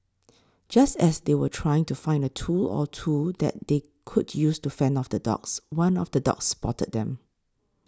just as they were trying to find a tool or two that they could use to fend off the dogs one of the dogs spotted them